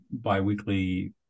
bi-weekly